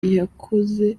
yakoze